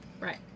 Right